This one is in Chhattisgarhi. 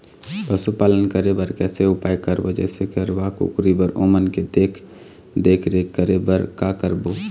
पशुपालन करें बर कैसे उपाय करबो, जैसे गरवा, कुकरी बर ओमन के देख देख रेख करें बर का करबो?